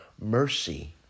mercy